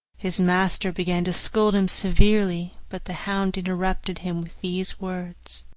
his master began to scold him severely, but the hound interrupted him with these words